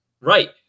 Right